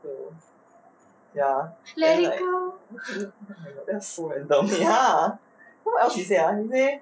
toh ya that's so random ya what else she say ah she say